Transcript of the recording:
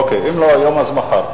אוקיי, אם לא היום, אז מחר.